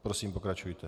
Prosím, pokračujte.